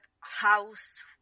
house